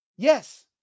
Yes